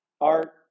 art